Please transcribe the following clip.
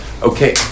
okay